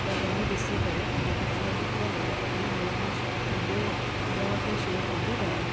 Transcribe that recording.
त उहो ॾिसी करे हुन ते जीअं लिखियल हुओ उअं मां श पंहिंजे मुंहं ते शेव कंदी वियमि त